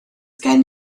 gen